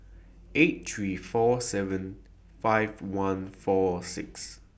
eight three four seven five one four six